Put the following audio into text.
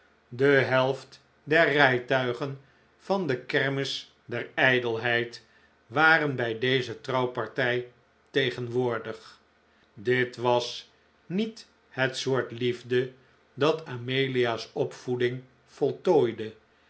de helft der rijtuigen van de kermis der ijdelheid waren bij deze trouwpartij tegenwoordig dit was niet het soort liefde dat amelia's opvoeding voltooide